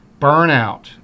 Burnout